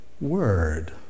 word